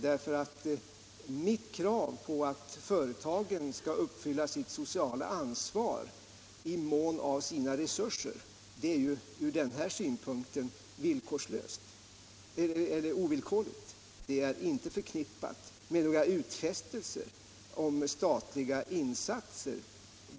Mitt krav att företagen i mån av resurser skall uppfylla sitt sociala ansvar är ju från den här synpunkten ovillkorligt. Det är inte förknippat med några ut fästelser om statliga insatser.